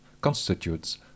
constitutes